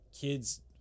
kids